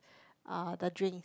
uh the drink